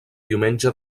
diumenge